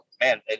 man